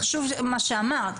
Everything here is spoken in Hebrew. חשוב מה שאמרת.